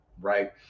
Right